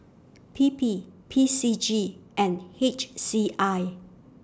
P P P C G and H C I